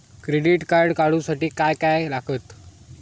Credit card काढूसाठी काय काय लागत?